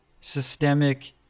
systemic